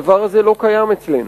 הדבר הזה לא קיים אצלנו.